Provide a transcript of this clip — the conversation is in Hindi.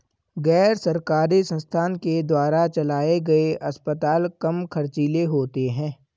गैर सरकारी संस्थान के द्वारा चलाये गए अस्पताल कम ख़र्चीले होते हैं